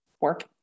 work